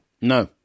no